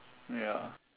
ya